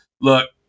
look